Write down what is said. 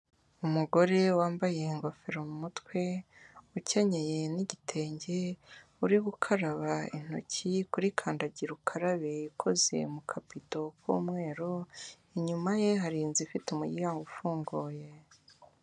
Umugore wambaye ingofero mu mutwe ukenyeye n'igitenge, uri gukaraba intoki kuri kandagira ukarabe ikoze mu kabito k'umweru, inyuma ye hari inzu ifite umuryango ufunguye.